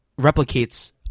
replicates